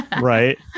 Right